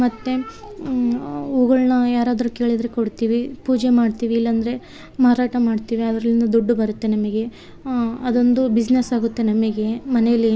ಮತ್ತು ಹೂವುಗಳನ್ನ ಯಾರಾದರು ಕೇಳಿದರೆ ಕೊಡ್ತೀವಿ ಪೂಜೆ ಮಾಡ್ತೀವಿ ಇಲ್ಲಂದರೆ ಮಾರಾಟ ಮಾಡ್ತೀವಿ ಅದರಿಂದ ದುಡ್ಡು ಬರುತ್ತೆ ನಮಗೆ ಅದೊಂದು ಬಿಸ್ನೆಸ್ ಆಗುತ್ತೆ ನಮಗೆ ಮನೇಲಿ